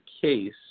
case